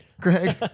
Greg